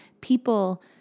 People